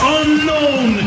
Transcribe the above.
unknown